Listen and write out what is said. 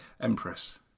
Empress